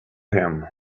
him